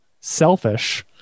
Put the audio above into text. selfish